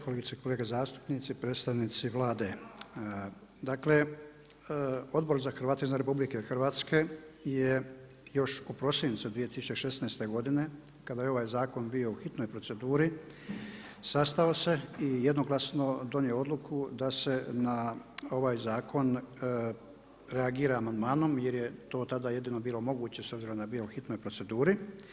Kolegice i kolege zastupnici, predstavnici Vlade dakle Odbor za Hrvate izvan RH je još u prosincu 2016. godine kada je ovaj zakon bio u hitnoj proceduri sastao se i jednoglasno donio odluku da se na ovaj zakon reagira amandmanom jer je to tada jedino bilo moguće s obzirom da je bio u hitnoj proceduri.